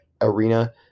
Arena